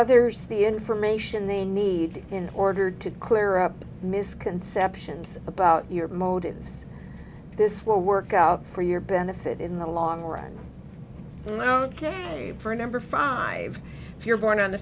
others the information they need in order to clear up misconceptions about your motives this will work out for your benefit in the long run for number five if you're born on the